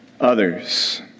others